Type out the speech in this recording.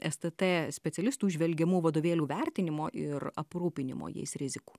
stt specialistų įžvelgiamų vadovėlių vertinimo ir aprūpinimo jais rizikų